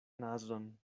nazon